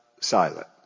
silent